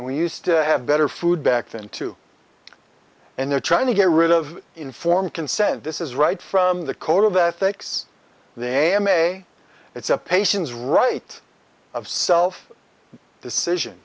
and we used to have better food back then too and they're trying to get rid of informed consent this is right from the code of ethics in the a m a it's a patients right of self decision